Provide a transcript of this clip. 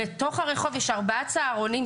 בתוך הרחוב יש ארבעה צהרונים.